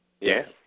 Yes